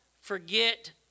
forget